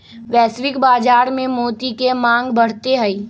वैश्विक बाजार में मोती के मांग बढ़ते हई